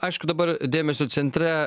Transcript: aišku dabar dėmesio centre